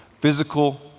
physical